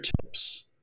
tips